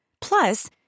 Plus